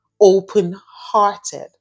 open-hearted